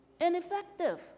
ineffective